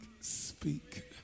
speak